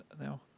now